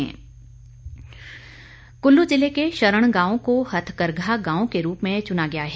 हथकरघा कुल्लू ज़िले के शरण गांव को हथकरघा गांव के रूप में चुना गया है